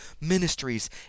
ministries